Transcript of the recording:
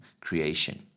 creation